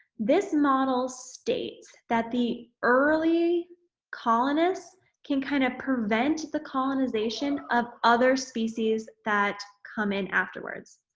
this model states that the early colonists can kind of prevent the colonization of other species that come in afterwards.